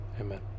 amen